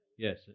Yes